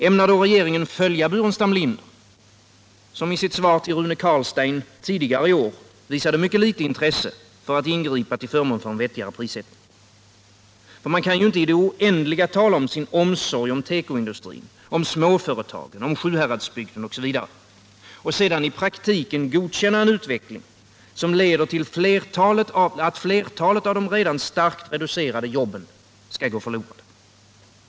Ämnar regeringen då följa Staffan Burenstam Linder, som i sitt svar till Rune Carlstein tidigare i år visade mycket litet intresse för att ingripa till förmån för en vettigare prissättning? Man kan ju inte i det oändliga tala om sin omsorg om tekoindustrin, småföretagen, Sjuhäradsbygden osv. och sedan i praktiken godkänna en utveckling som leder till att flertalet av de redan starkt reducerade jobben skall gå förlorade.